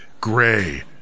gray